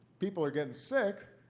people are getting sick,